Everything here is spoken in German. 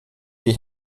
die